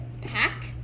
pack